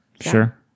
Sure